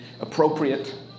appropriate